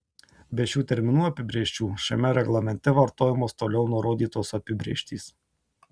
be šių terminų apibrėžčių šiame reglamente vartojamos toliau nurodytos apibrėžtys